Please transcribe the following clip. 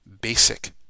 Basic